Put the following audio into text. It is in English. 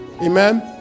Amen